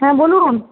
হ্যাঁ বলুন